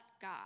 God